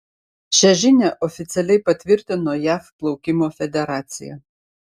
šią žinią oficialiai patvirtino jav plaukimo federacija